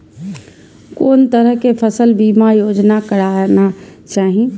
कोन तरह के फसल बीमा योजना कराना चाही?